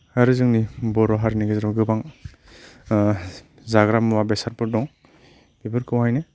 आरो जोंनि बर' हारिनि गेजेराव गोबां जाग्रा मुवा बेसादफोर दं बेफोरखौहायनो